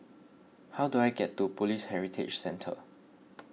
how do I get to Police Heritage Centre